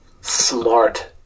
Smart